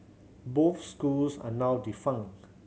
both schools are now defunct